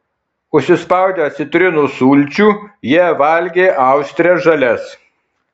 užsispaudę citrinos sulčių jie valgė austres žalias